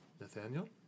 Nathaniel